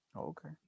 Okay